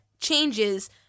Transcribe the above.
changes